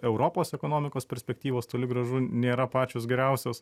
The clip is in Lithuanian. europos ekonomikos perspektyvos toli gražu nėra pačios geriausios